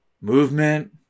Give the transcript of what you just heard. movement